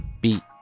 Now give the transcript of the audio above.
beat